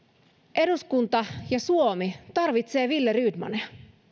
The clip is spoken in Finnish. eduskunta ja suomi tarvitsee willerydmaneja